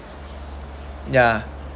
yeah